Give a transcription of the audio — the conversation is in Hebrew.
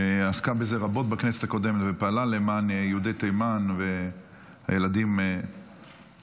שעסקה בזה רבות בכנסת הקודמת ופעלה למען יהודי תימן והילדים הנחטפים,